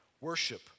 worship